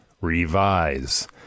revise